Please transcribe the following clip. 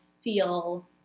feel